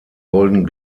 golden